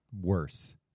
worse